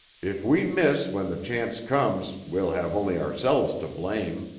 if we miss when the chance comes, we'll have only ourselves to blame.